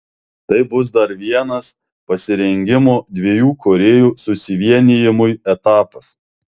tai bus dar vienas pasirengimo dviejų korėjų susivienijimui etapas